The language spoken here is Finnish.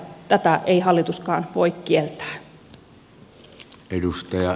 tätä ei hallituskaan voi kieltää